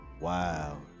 Wow